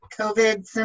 COVID